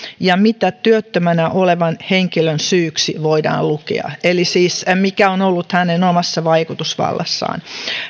ja mitä työttömänä olevan henkilön syyksi voidaan lukea eli siis mikä on ollut hänen omassa vaikutusvallassaan